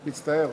מצטער.